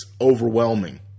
overwhelming